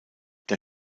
der